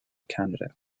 canada